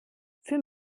für